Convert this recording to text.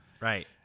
Right